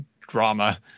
drama